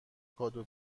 کادو